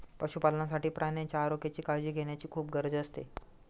पशुपालनासाठी प्राण्यांच्या आरोग्याची काळजी घेण्याची खूप गरज असते